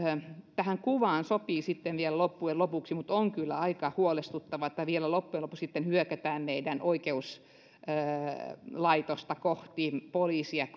tähän kuvaan sopii vielä se mutta se on kyllä aika huolestuttavaa että vielä loppujen lopuksi sitten hyökätään meidän oikeuslaitosta kohti ja poliisia